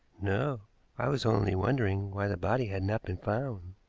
no i was only wondering why the body had not been found.